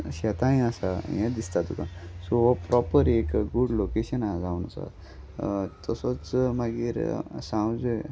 शेतांय आसा हें दिसता तुका सो हो प्रोपर एक गूड लोकेशन आहा जावन आसा तसोच मागीर सांव जें